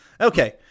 Okay